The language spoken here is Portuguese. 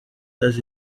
das